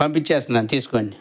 పంపించేస్తున్నాను తీసుకోండి